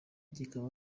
kikaba